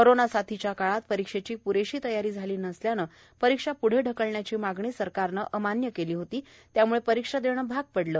corona साथीच्या काळात परीक्षेची प्रेशी तयारी झाली नसल्याने परीक्षा प्ढं ढकलण्याची मागणी सरकारने अमान्य केली होती त्याम्ळे परीक्षा देणं भाग पडलं